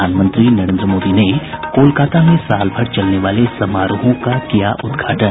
प्रधानमंत्री नरेन्द्र मोदी ने कोलकाता में साल भर चलने वाले समारोहों का किया उद्घाटन